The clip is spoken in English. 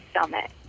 summit